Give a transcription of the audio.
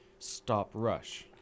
StopRush